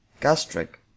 Gastric